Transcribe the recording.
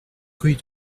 rue